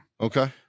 Okay